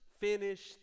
finished